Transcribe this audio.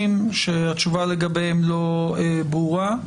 שהתשובה לגביהם לא ברורה.